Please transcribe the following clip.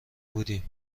بودیم